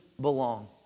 belong